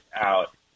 out